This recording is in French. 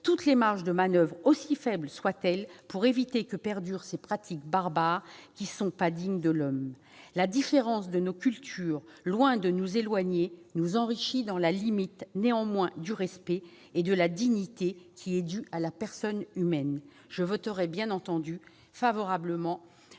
toutes les marges de manoeuvre, aussi faibles soient-elles, pour éviter que perdurent ces pratiques barbares qui ne sont pas dignes de l'être humain. La différence de nos cultures, loin de nous éloigner, nous enrichit dans la limite, néanmoins, du respect et de la dignité qui sont dus à la personne humaine. Je voterai bien entendu cette